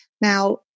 Now